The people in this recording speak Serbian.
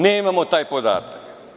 Nemamo taj podatak.